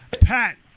Pat